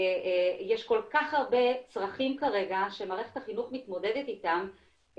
יש כל כך הרבה צרכים כרגע שמערכת החינוך מתמודדת איתם,